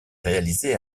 réalisé